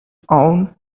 own